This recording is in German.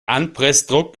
anpressdruck